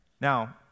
Now